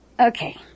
Okay